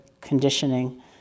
conditioning